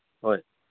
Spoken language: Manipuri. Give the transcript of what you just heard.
ꯍꯣꯏ